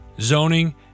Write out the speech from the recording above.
zoning